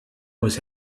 was